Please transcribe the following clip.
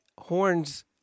horns